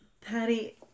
Patty